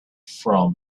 for